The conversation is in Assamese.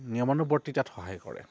নিয়মানুবৰ্তিতাত সহায় কৰে